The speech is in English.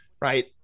Right